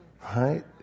Right